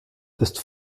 ist